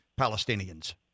Palestinians